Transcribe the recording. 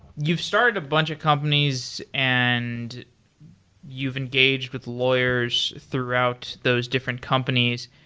you've started a bunch of companies and you've engaged with lawyers throughout those different companies.